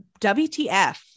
WTF